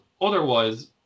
otherwise